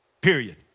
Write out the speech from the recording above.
period